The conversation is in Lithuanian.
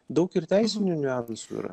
daug ir teisinių niuansų yra